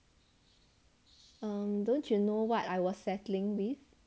um don't you know what I was settling with